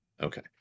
Okay